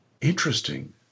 Interesting